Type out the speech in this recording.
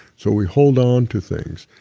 so we hold on to things,